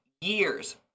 years